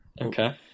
okay